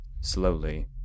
slowly